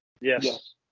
Yes